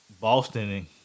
Boston